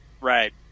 Right